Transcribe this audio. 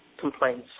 complaints